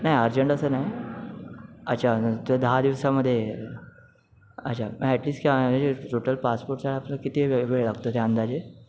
नाही अर्जंट असं नाही अच्छा तर दहा दिवसामध्ये अच्छा ॲटलीस्ट का हे जे टोटल पासपोर्टच्या आपलं किती वेळ वेळ लागतो त्या अंदाजे